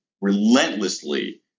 relentlessly